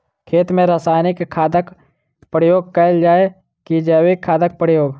खेत मे रासायनिक खादक प्रयोग कैल जाय की जैविक खादक प्रयोग?